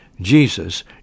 Jesus